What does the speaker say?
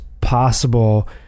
possible